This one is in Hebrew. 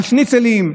על שניצלים?